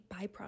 byproduct